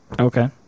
Okay